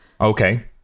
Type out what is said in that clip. Okay